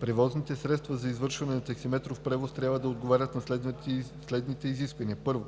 Превозните средства за извършване на таксиметров превоз трябва да отговарят на следните изисквания: 1.